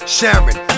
Sharon